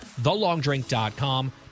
TheLongDrink.com